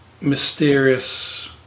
mysterious